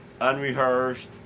unrehearsed